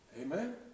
Amen